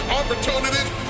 opportunities